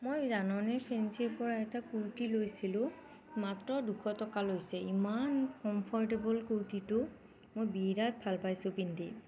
মই জাননে ফেঞ্চিৰ পৰা এটা কুৰ্টি লৈছিলো মাত্ৰ দুশ টকা লৈছে ইমান কমফৰটেবল কুৰ্টিটো মই বিৰাট ভাল পাইছোঁ পিন্ধি